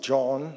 John